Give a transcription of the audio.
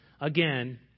again